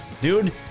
Dude